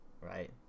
right